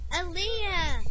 Aaliyah